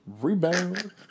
Rebound